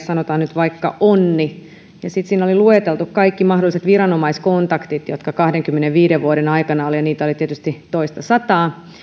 sanotaan nyt vaikka kaksikymmentäviisi vuotias onni sitten siinä oli lueteltu kaikki mahdolliset viranomaiskontaktit joita kahdenkymmenenviiden vuoden aikana oli ja niitä oli tietysti toistasataa